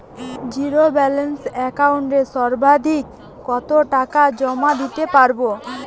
Zero balance একাউন্টে সর্বাধিক কত টাকা জমা দিতে পারব?